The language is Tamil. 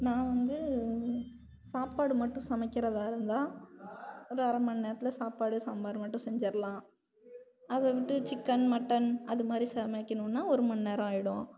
நான் வந்து சாப்பாடு மட்டும் சமைக்கிறதாக இருந்தால் ஒரு அரை மணி நேரத்தில் சாப்பாடு சாம்பார் மட்டும் செஞ்சிடுலாம் அதே வந்துட்டு சிக்கன் மட்டன் அது மாதிரி சமைக்கணுன்னால் ஒரு மணிநேரம் ஆகிடும்